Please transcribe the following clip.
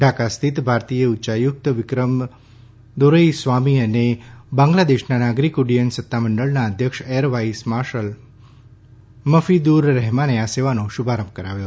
ઢાકા સ્થિત ભારતીય ઉચ્યાયુક્ત વિક્રમ દોરઇસ્વાણી અને બાંગ્લાદેશના નાગરીક ઉડ્ડયન સત્તામંડળના અધ્યક્ષ એર વાઇસ માર્શલ મફીદુર રહેમાને આ સેવાનો શુભારંભ કરાવ્યો